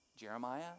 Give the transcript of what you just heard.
jeremiah